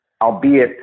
albeit